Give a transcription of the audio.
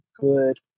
good